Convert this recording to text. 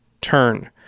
turn